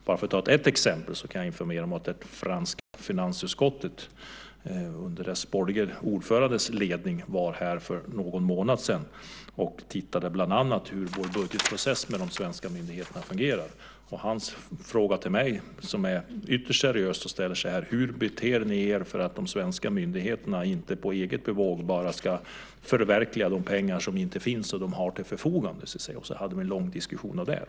Bara för att ta ett exempel kan jag berätta att det franska finansutskottet under dess borgerlige ordförandes ledning var här för någon månad sedan och tittade på bland annat hur vår budgetprocess med de svenska myndigheterna fungerar. Han frågade mig ytterst seriöst: Hur beter ni er för att de svenska myndigheterna inte på eget bevåg bara ska förverka de pengar som de har till förfogande? Sedan hade vi en lång diskussion om det.